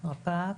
רפ"ק.